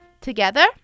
Together